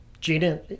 gina